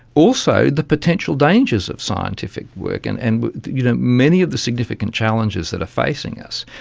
also the potential dangers of scientific work, and and you know many of the significant challenges that are facing us.